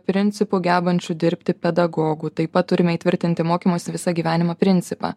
principu gebančių dirbti pedagogų taip pat turime įtvirtinti mokymosi visą gyvenimą principą